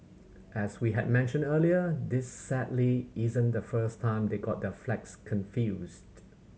as we had mentioned earlier this sadly isn't the first time they got their flags confused